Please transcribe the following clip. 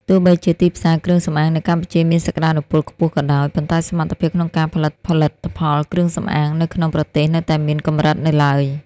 ទោះបីជាទីផ្សារគ្រឿងសម្អាងនៅកម្ពុជាមានសក្ដានុពលខ្ពស់ក៏ដោយ ប៉ុន្តែសមត្ថភាពក្នុងការផលិតផលិតផលគ្រឿងសម្អាងនៅក្នុងប្រទេសនៅតែមានកម្រិតនៅឡើយ។